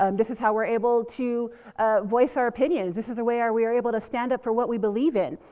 um this is how we're able to voice our opinions. this is the way we are able to stand up for what we believe in.